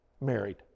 married